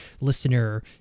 listener